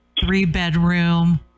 three-bedroom